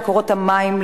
למקורות המים,